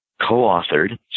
co-authored